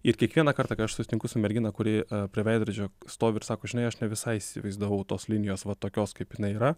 ir kiekvieną kartą kai aš susitinku su mergina kuri prie veidrodžio stovi ir sako žinai aš ne visai įsivaizdavau tos linijos va tokios kaip jinai yra